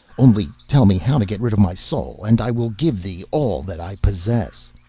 only tell me how to get rid of my soul, and i will give thee all that i possess